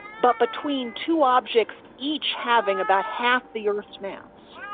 but between two objects each having about half the earth's mass.